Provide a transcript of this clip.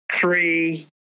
three